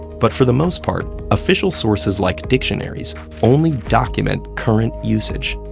but for the most part, official sources like dictionaries only document current usage.